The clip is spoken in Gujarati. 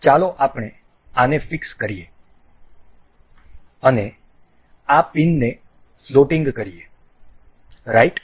ચાલો આપણે આને ફિક્સ કરીએ અને આ પિનને ફ્લોટિંગ કરીએ રાઈટ